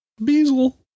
bezel